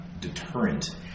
deterrent